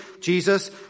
Jesus